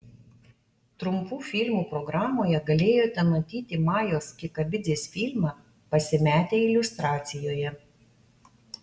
trumpų filmų programoje galėjote matyti majos kikabidzės filmą pasimetę iliustracijoje